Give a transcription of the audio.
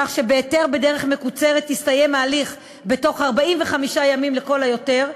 כך שבהיתר בדרך מקוצרת יסתיים ההליך בתוך 45 ימים לכל היותר,